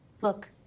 Look